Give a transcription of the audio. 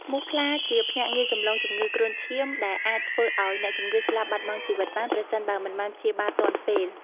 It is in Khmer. មូសខ្លាជាភ្នាក់ងារចម្លងជំងឺគ្រុនឈាមដែលអាចធ្វើឲ្យអ្នកជំងឺស្លាប់បាត់បង់ជីវិតបាន ប្រសិនបើមិនបានព្យាបាលទាន់ពេល។